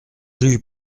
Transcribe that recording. rue